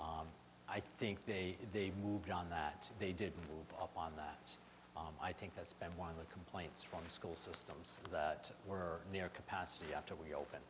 i think they moved on that they did move up on that i think that's been one of the complaints from school systems that were near capacity after we open